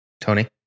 Tony